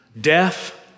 death